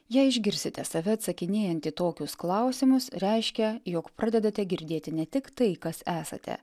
jei išgirsite save atsakinėjant į tokius klausimus reiškia jog pradedate girdėti ne tik tai kas esate